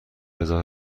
اضافه